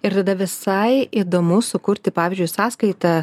ir tada visai įdomu sukurti pavyzdžiui sąskaitą